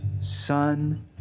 Son